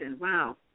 Wow